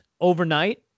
overnight